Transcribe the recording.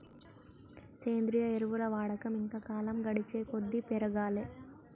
సేంద్రియ ఎరువుల వాడకం ఇంకా కాలం గడిచేకొద్దీ పెరగాలే